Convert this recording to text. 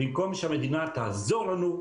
במקום שהמדינה תעזור לנו,